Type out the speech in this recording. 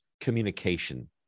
communication